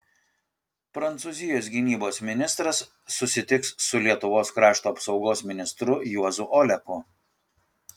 prancūzijos gynybos ministras susitiks su lietuvos krašto apsaugos ministru juozu oleku